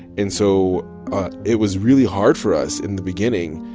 and so it was really hard for us in the beginning,